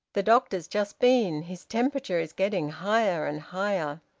the doctor's just been. his temperature is getting higher and higher.